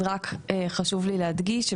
חשוב לי להדגיש,